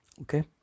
Okay